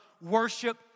worship